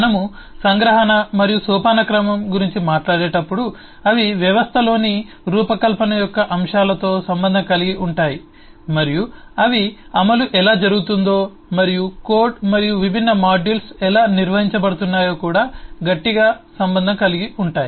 మనము సంగ్రహణ మరియు సోపానక్రమం గురించి మాట్లాడేటప్పుడు అవి వ్యవస్థలోని రూపకల్పన యొక్క అంశాలతో సంబంధం కలిగి ఉంటాయి మరియు అవి అమలు ఎలా జరుగుతుందో మరియు కోడ్ మరియు విభిన్న మాడ్యూల్స్ ఎలా నిర్వహించబడుతున్నాయో కూడా గట్టిగా సంబంధం కలిగి ఉంటాయి